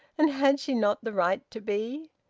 and had she not the right to be?